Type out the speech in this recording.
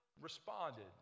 responded